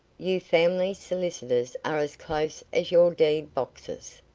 you family solicitors are as close as your deed boxes.